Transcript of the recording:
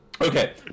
Okay